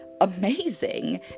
amazing